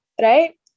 right